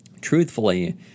truthfully